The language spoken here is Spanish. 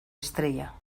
estrella